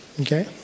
Okay